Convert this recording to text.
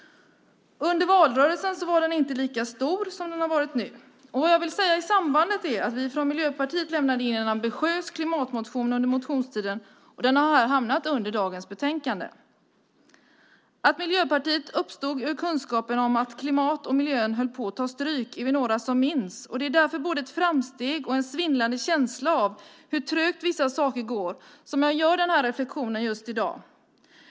Under valrörelsen var den inte lika stor som den har varit nu. Vad jag vill säga i samband med det är att vi från Miljöpartiet lämnade in en ambitiös klimatmotion under motionstiden. Den har hamnat i dagens betänkande. Att Miljöpartiet uppstod ur kunskapen om att klimatet och miljön höll på att ta stryk är vi några som minns. Det är därför både ett framsteg och en svindlande känsla av hur trögt vissa saker går som gör att jag gör den här reflexionen just i dag.